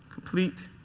complete.